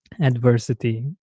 adversity